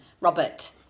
Robert